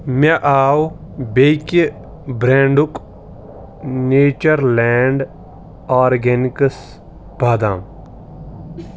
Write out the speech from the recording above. مےٚ آو بیٚکہِ برینڈُک نیچرلینٛڈ آرگینِکس بادام